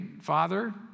Father